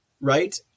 right